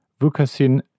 Vukasin